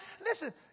listen